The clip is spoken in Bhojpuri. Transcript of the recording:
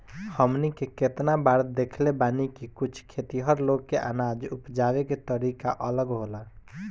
हमनी के केतना बार देखले बानी की कुछ खेतिहर लोग के अनाज उपजावे के तरीका अलग होला